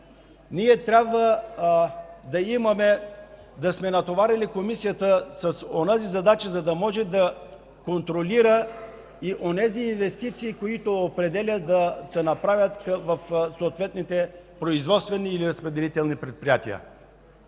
трябва да сме натоварили комисията с онази задача, за да може да контролира и онези инвестиции, които определят да се направят в съответните производствени или разпределителни предприятия.